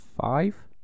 Five